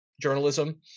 journalism